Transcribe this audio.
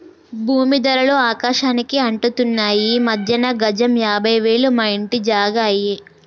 భూమీ ధరలు ఆకాశానికి అంటుతున్నాయి ఈ మధ్యన గజం యాభై వేలు మా ఇంటి జాగా అయ్యే